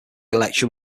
election